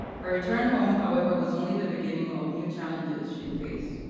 her return home, however, was only the beginning of new challenges she'd face.